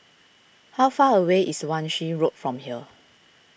how far away is Wan Shih Road from here